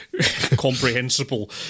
comprehensible